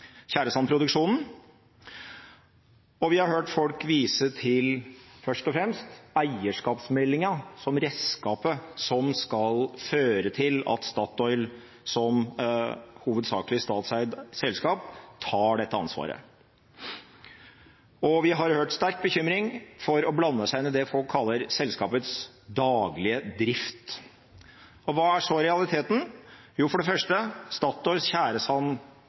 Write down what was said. tjæresandproduksjonen, og vi har hørt folk vise til, først og fremst, eierskapsmeldingen som redskapet som skal føre til at Statoil, som hovedsakelig statseid selskap, tar dette ansvaret. Og vi har hørt sterk bekymring for å blande seg inn i det folk kaller selskapets daglige drift. Hva er så realiteten? Jo, for det første: Statoils